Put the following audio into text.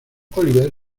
oliver